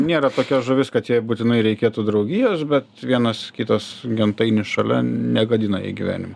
nėra tokia žuvis kad jai būtinai reikėtų draugijos bet vienas kitas gentainis šalia negadina jai gyvenimo